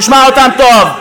תשמע אותם טוב.